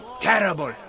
terrible